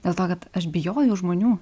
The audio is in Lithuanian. dėl to kad aš bijojau žmonių